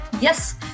Yes